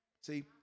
see